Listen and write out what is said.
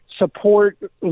Support